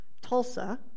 Tulsa